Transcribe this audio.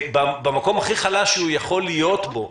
במקום הכי חלש שהוא יכול להיות בו,